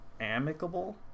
amicable